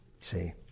See